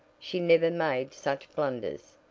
she never made such blunders,